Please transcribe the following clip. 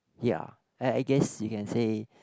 ya I guess you can say